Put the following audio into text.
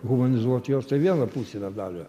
humanizuot juos tai viena pusė medalio